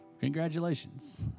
Congratulations